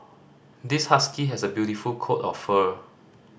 this husky has a beautiful coat of fur